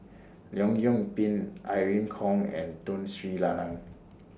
Leong Yoon Pin Irene Khong and Tun Sri Lanang